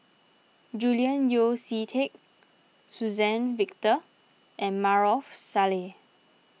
Julian Yeo See Teck Suzann Victor and Maarof Salleh